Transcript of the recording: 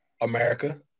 America